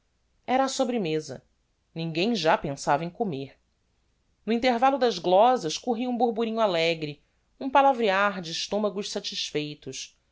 era á sobremeza ninguem já pensava em comer no intervallo das glosas corria um borborinho alegre um palavrear de estomagos satisfeitos